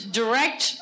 direct